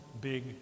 big